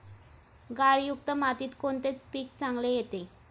गाळयुक्त मातीत कोणते पीक चांगले येते?